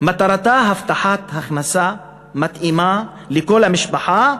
מטרתה הבטחת הכנסה מתאימה לכל המשפחה.